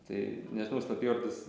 tai nežinau slapyvardis